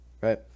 right